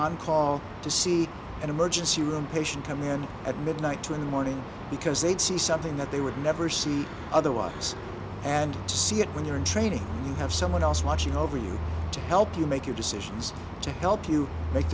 on call to see an emergency room patient come in at midnight two in the morning because they'd see something that they would never see other walks and see it when you're in training you have someone else watching over you to help you make your decisions to help you make